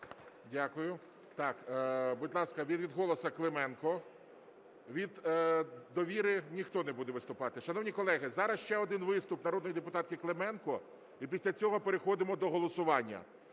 Дякую. Будь ласка, від "Голосу" Клименко. Від "Довіри" ніхто не буде виступати. Шановні колеги, зараз ще один виступ народної депутатки Клименко і після цього переходимо до голосування.